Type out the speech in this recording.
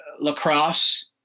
lacrosse